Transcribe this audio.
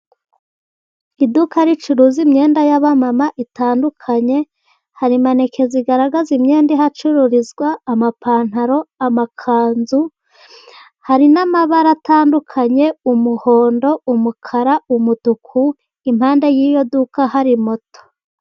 Iduka ricuruza imyenda y'abamama itandukanye. Hari maneke zigaragaza imyenda ihacururizwa: amapantaro, amakanzu. Hari n'amabara atandukanye: umuhondo, umukara, umutuku. Impande y'iryo duka hari moto.